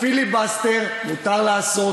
פיליבסטר אתם לא יודעים לעשות.